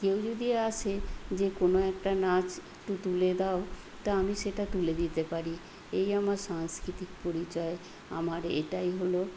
কেউ যদি আসে যে কোনও একটা নাচ একটু তুলে দাও তা আমি সেটা তুলে দিতে পারি এই আমার সাংস্কৃতিক পরিচয় আমার এটাই হল